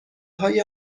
های